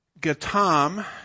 Gatam